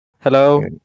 Hello